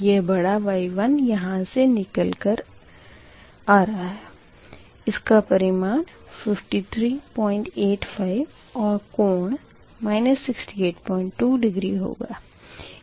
यह बड़ा Y11यहाँ से निकल रहा है इसका परिमाण 5385 और कोण 682 डिग्री होगा